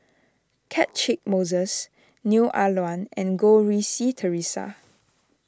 Catchick Moses Neo Ah Luan and Goh Rui Si theresa